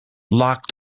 lock